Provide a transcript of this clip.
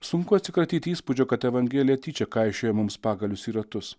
sunku atsikratyt įspūdžio kad evangelija tyčia kaišioja mums pagalius į ratus